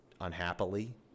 unhappily